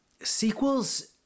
sequels